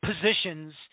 positions